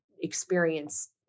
experience